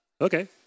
okay